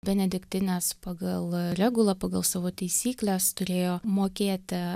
benediktinės pagal regulą pagal savo taisykles turėjo mokėti